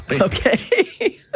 Okay